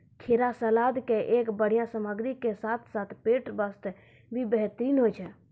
खीरा सलाद के एक बढ़िया सामग्री के साथॅ साथॅ पेट बास्तॅ भी बेहतरीन होय छै